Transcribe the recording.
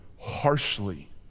harshly